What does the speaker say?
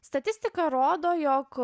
statistika rodo jog